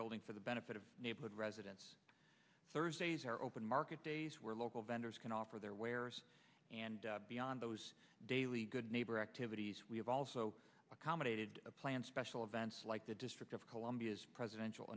building for the benefit of neighborhood residents thursdays are open market days where local vendors can offer their wares and beyond those daily good neighbor activities we have also accommodated a plan special events like the district of columbia's presidential